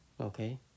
Okay